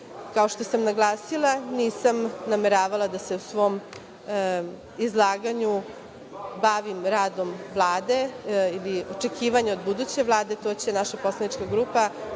što sam naglasila, nisam nameravala da se u svom izlaganju bavim radom Vlade ili očekivanjima od buduće Vlade, to će naša poslanička grupa,